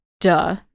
duh